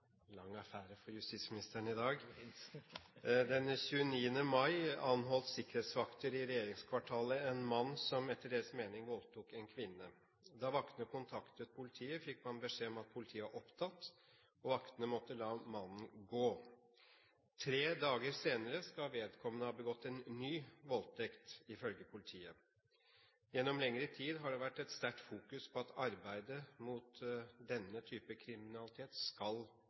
kvinne. Da vaktene kontaktet politiet fikk man beskjed om at politiet var opptatt, og vaktene måtte la mannen gå. Tre dager senere skal vedkommende ha begått en ny voldtekt, ifølge politiet. Gjennom lengre tid har det vært et sterkt fokus på at arbeidet mot denne type kriminalitet skal